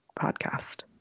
podcast